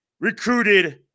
recruited